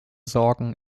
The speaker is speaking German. sorgen